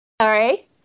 Sorry